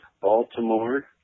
Baltimore